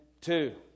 two